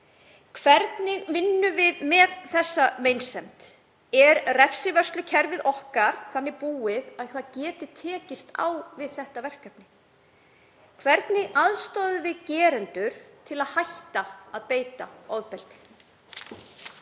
Hvernig vinnum við með þessa meinsemd? Er refsivörslukerfið okkar þannig búið að það geti tekist á við verkefnið? Hvernig aðstoðum við gerendur við að hætta að beita ofbeldi?